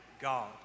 god